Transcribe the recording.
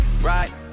right